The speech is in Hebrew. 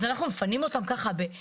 אז אנחנו מפנים אותם ככה ב-,